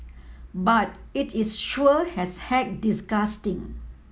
but it is sure has heck disgusting